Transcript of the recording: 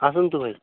ଆସନ୍ତୁ ଭାଇ